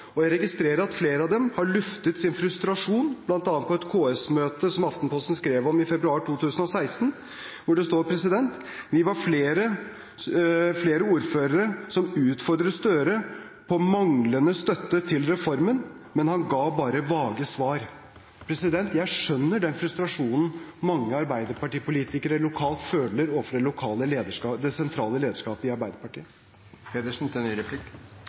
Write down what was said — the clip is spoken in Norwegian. lokalt. Jeg registrerer at flere av dem har luftet sin frustrasjon, bl.a. på et KS-møte som Aftenposten skrev om i februar 2016, hvor det står: «Vi var flere som utfordret Støre på manglende støtte til reformen, men han ga bare vage svar.» Jeg skjønner frustrasjonen mange Arbeiderparti-politikere lokalt føler overfor det sentrale lederskapet i